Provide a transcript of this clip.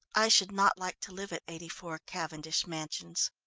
i should not like to live at eighty four, cavendish mansions.